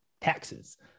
taxes